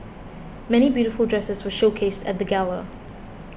many beautiful dresses were showcased at the gala